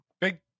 Big